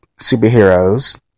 superheroes